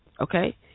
Okay